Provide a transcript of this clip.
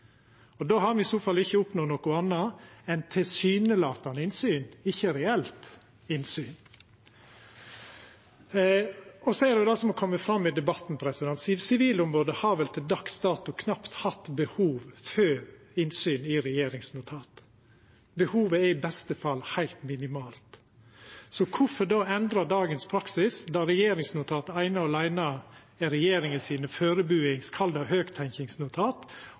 I så fall har me ikkje oppnådd noko anna enn tilsynelatande innsyn, ikkje reelt innsyn. Så til det som har kome fram i debatten: Sivilombodet har vel til dags dato knapt hatt behov for innsyn i regjeringsnotat. Behovet er i beste fall heilt minimalt. Så kvifor då endra dagens praksis, der regjeringsnotat eine og åleine er regjeringa sine